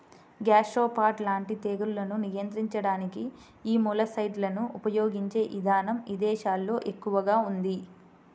gastropod లాంటి తెగుళ్లను నియంత్రించడానికి యీ మొలస్సైడ్లను ఉపయిగించే ఇదానం ఇదేశాల్లో ఎక్కువగా ఉంది